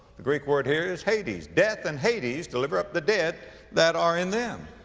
the greek word here is hades. death and hades deliver up the dead that are in them.